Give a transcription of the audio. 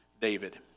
David